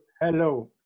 Hello